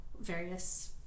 various